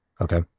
Okay